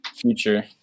Future